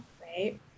right